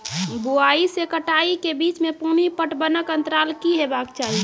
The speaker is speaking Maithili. बुआई से कटाई के बीच मे पानि पटबनक अन्तराल की हेबाक चाही?